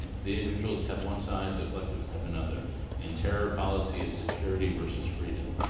the individualist have one side, the collectivist have another and terror policy, its security versus freedom.